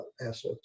assets